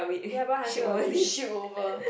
ya buy hundred of each ship over